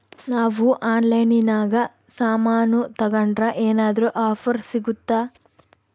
ನಾವು ಆನ್ಲೈನಿನಾಗ ಸಾಮಾನು ತಗಂಡ್ರ ಏನಾದ್ರೂ ಆಫರ್ ಸಿಗುತ್ತಾ?